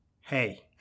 hey